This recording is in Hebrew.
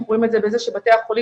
אנחנו רואים את זה בזה שבתי החולים